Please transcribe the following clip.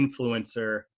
influencer